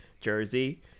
Jersey